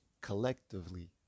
collectively